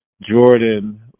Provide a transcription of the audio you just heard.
Jordan